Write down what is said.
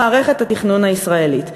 מערכת התכנון הישראלית.